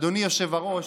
אדוני היושב-ראש,